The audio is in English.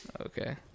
Okay